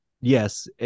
Yes